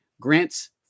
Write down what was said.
grants